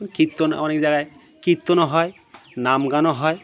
কীর্তন অনেক জায়গায় কীর্তনও হয় নামগানও হয়